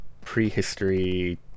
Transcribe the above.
prehistory